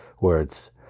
words